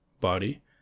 body